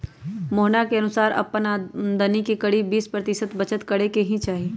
मोहना के अनुसार अपन आमदनी के करीब बीस प्रतिशत बचत करे के ही चाहि